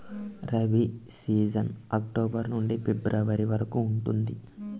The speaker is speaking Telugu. రబీ సీజన్ అక్టోబర్ నుండి ఫిబ్రవరి వరకు ఉంటుంది